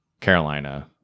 carolina